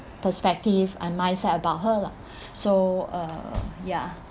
perspective and mindset about her lah so uh ya